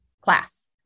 class